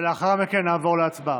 לאחר מכן, נעבור להצבעה.